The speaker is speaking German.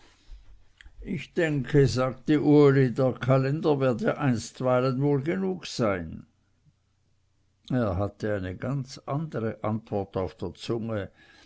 ich denke sagte uli der kalender werde einstweilen wohl genug sein er hatte eine ganz andere antwort auf der zunge